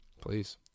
Please